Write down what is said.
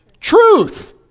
Truth